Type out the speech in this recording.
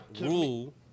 rule